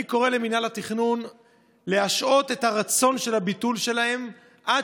אני קורא למינהל התכנון להשעות את הרצון לבטל עד